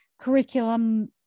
curriculum